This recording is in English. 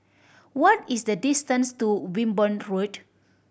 what is the distance to Wimborne Road